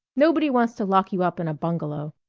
nobody wants to lock you up in a bungalow.